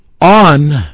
on